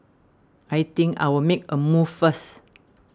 I think I will make a move first